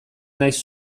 naiz